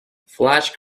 flash